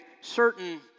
certain